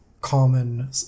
common